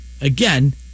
again